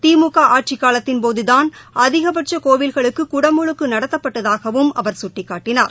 திமுகஆட்சிக் காலத்தின்போதுதான் அதிகபட்சகோவில்களுக்குகுடமுழுக்குநடத்தப்பட்டதாகவும் அவர் சுட்டிக்காட்டினார்